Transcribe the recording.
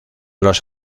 los